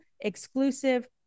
exclusive